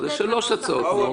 ישנן שלוש הצעות.